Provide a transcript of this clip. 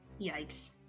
Yikes